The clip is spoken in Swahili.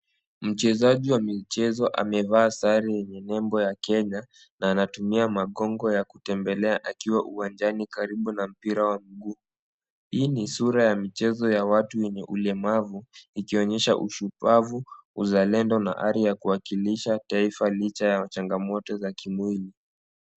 Mchezaji wa michezo amevaa sare yenye nembo ya Kenya na anatumia makongo ya kutembelea akiwa uwanjani karibu na mpira wa mguu. Hii ni sura ya michezo ya watu wenye ulemavu ikionyesha ushupavu, uzalendo na ari ya kuwakilisha taifa licha ya changamoto za kimwili.